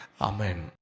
Amen